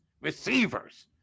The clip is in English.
receivers